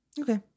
okay